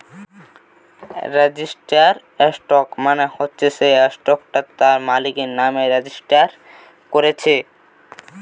registered stock মানে হচ্ছে যেই স্টকটা তার মালিকের নামে রেজিস্টার কোরছে